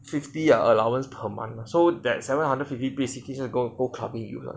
fifty ah allowance per month so that seven hundred fifty basically go go clubbing 了